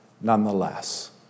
nonetheless